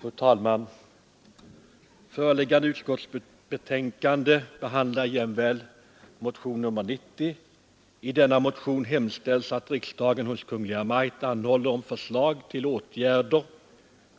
Fru talman! Föreliggande utskottsbetänkande behandlar jämväl motionen 90. I denna motion hemställs att riksdagen hos Kungl. Maj:t anhåller om förslag till åtgärder